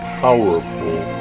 powerful